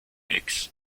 eggs